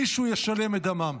מישהו ישלם את דמם.